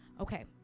Okay